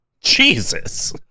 Jesus